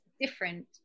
different